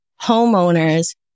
homeowners